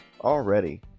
already